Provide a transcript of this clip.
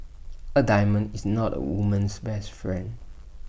A diamond is not A woman's best friend